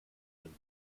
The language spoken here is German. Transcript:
dem